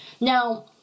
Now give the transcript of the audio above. Now